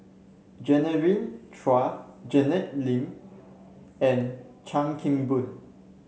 Genevieve Chua Janet Lim and Chan Kim Boon